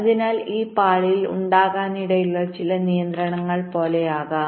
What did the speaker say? അതിനാൽ ഈ പാളിയിൽ ഉണ്ടാകാനിടയുള്ള ചില നിയന്ത്രണങ്ങൾ പോലെയാകാം